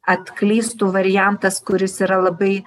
atklystų variantas kuris yra labai